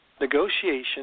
negotiation